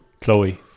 chloe